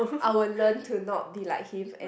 I will learn to not be like him and